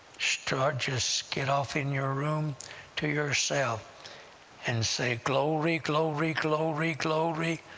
start just get off in your room to yourself and say, glory! glory! glory! glory!